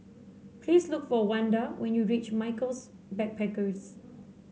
please look for Wanda when you reach Michaels Backpackers